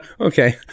Okay